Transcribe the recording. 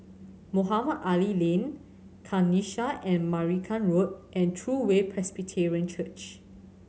Mohamed Ali Lane Kanisha I Marican Road and True Way Presbyterian Church